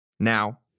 Now